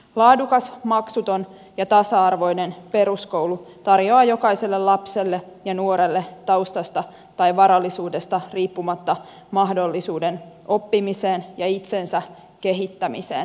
laadukas maksuton ja tasa arvoinen peruskoulu tarjoaa jokaiselle lapselle ja nuorelle taustasta tai varallisuudesta riippumatta mahdollisuuden oppimiseen ja itsensä kehittämiseen